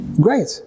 Great